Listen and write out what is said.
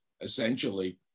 essentially